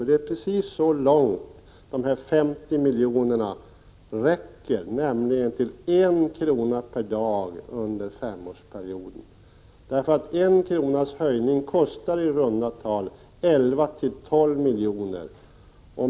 Det är precis så långt de 50 miljonerna räcker, nämligen till 1 kr. per dag under femårsperioden. En höjning med 1 kr. kostar nämligen i runda tal 11—12 miljoner.